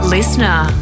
Listener